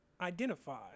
identify